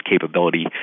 capability